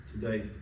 today